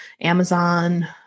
Amazon